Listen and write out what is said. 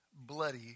bloody